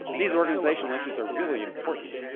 these organizational issues are really important,